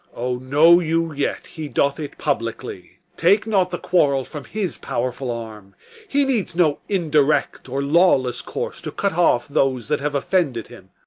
o, know you yet he doth it publicly. take not the quarrel from his powerful arm he needs no indirect or lawless course to cut off those that have offended him.